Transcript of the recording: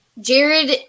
Jared